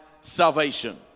salvation